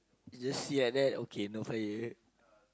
is just see like that okay no fire